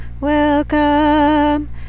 welcome